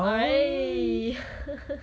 why